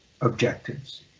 Objectives